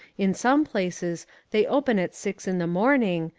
in some places they open at six in the morning,